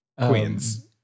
Queens